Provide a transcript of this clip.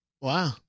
wow